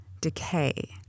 decay